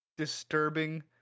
Disturbing